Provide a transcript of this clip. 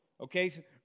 Okay